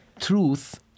truth